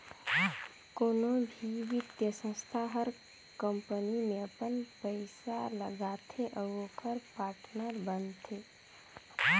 कोनो भी बित्तीय संस्था हर कंपनी में अपन पइसा लगाथे अउ ओकर पाटनर बनथे